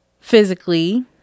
physically